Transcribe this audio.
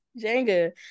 Jenga